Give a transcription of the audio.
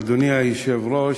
אדוני היושב-ראש,